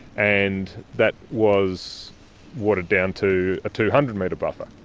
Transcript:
and that was watered down to a two hundred metre buffer.